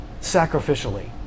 sacrificially